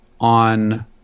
on